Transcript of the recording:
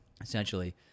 essentially